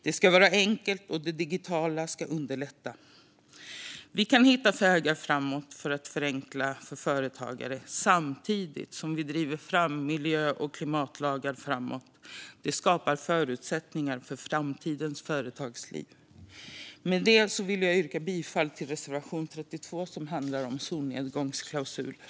Det ska vara enkelt, och det digitala ska underlätta. Vi kan hitta vägar framåt för att förenkla för företagare samtidigt som vi driver fram miljö och klimatlagar. Det skapar förutsättningar för framtidens företagsliv. Med detta vill jag yrka bifall till reservation 32 som handlar om solnedgångsklausuler.